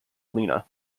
lena